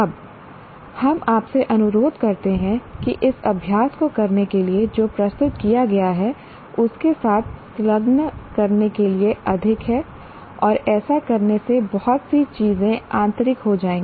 अब हम आपसे अनुरोध करते हैं कि इस अभ्यास को करने के लिए जो प्रस्तुत किया गया है उसके साथ संलग्न करने के लिए अधिक है और ऐसा करने से बहुत सी चीजें आंतरिक हो जाएंगी